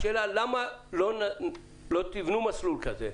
השאלה למה לא תבנו מסלול כזה,